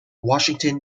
washington